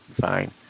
fine